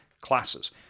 classes